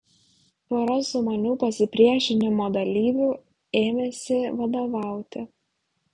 pora sumanių pasipriešinimo dalyvių ėmėsi vadovauti